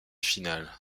final